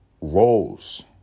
roles